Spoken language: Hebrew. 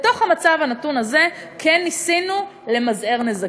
בתוך המצב הנתון הזה כן ניסינו למזער נזקים.